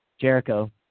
Jericho